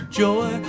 joy